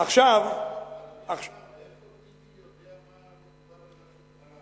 מאיפה טיבי יודע מה,